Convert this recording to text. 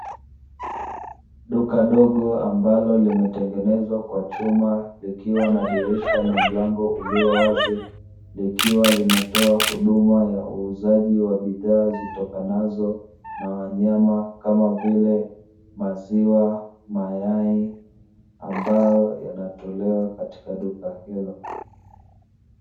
Duka dogo ambalo limetengenezwa kwa chuma, likiwa na dirisha na mlango ulio wazi, likiwa linatoa huduma ya uuzaji wa bidhaa zitokanazo na wanyama kama vile maziwa, mayai ambayo yanatolewa katika duka hilo.